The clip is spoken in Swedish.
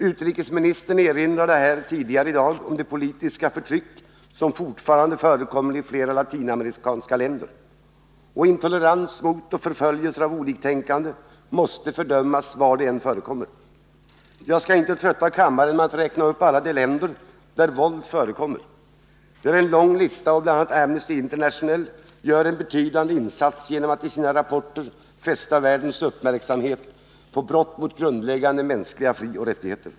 Utrikesministern erinrade här tidigare i dag om det politiska förtryck som fortfarande förekommer i flera latinamerikanska länder, och intolerans mot och förföljelse av oliktänkande måste fördömas var det än förekommer. Jag skall inte fresta kammaren med att räkna upp alla de länder där våld förekommer. Det är en lång lista, och bl.a. Amnesty International gör en betydande insats genom att i sina rapporter fästa världens uppmärksamhet på brott mot grundläggande mänskliga frioch rättigheter.